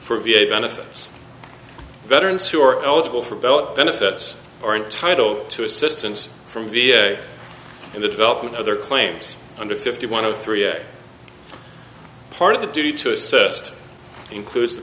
for v a benefits veterans who are eligible for bell benefits or entitled to assistance from v a in the development of their claims under fifty one of three a part of the duty to assist includes the